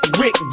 Rick